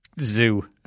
zoo